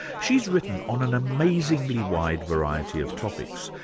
she's written on an amazingly wide variety of topics,